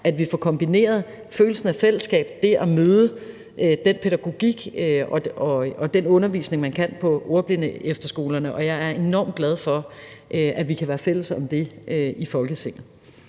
at vi får kombineret følelsen af fællesskab og det at møde den pædagogik og den undervisning, man kan møde på ordblindeefterskolerne, og jeg er enormt glad for, at vi kan være fælles om det i Folketinget.